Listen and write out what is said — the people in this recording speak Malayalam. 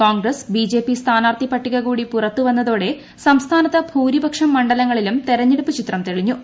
കോൺഗ്രസ് ബിജെപി സ്ഥാനാർത്ഥി പട്ടിക കൂടി പുറത്തുവന്നതോടെ സംസ്ഥാനത്ത് ഭൂരിപക്ഷം മണ്ഡലങ്ങളിലും തെരഞ്ഞെടുപ്പ് ചിത്രം തെളിഞ്ഞു